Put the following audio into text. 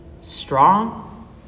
Strong